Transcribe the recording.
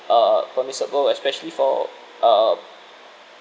uh permissible especially for uh